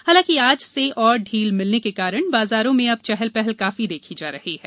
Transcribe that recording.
हालाकि आज से और ढील मिलने के कारण बाजारों में अब चहलपहल काफी देखी जा रही है